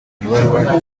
ibarura